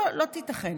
לא תיתכן,